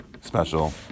special